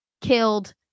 killed